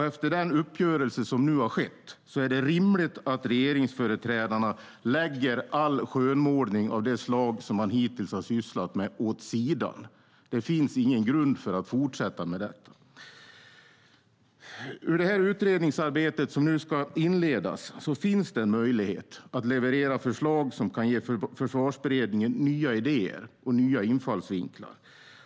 Efter den uppgörelse som nu har nåtts är det rimligt att regeringsföreträdarna lägger all skönmålning av det slag som man hittills har sysslat med åt sidan. Det finns ingen grund för att fortsätta med den. Ur det utredningsarbete som nu ska inledas finns det en möjlighet att leverera förslag som kan ge Försvarsberedningen nya idéer och nya infallsvinklar.